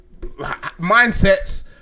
mindsets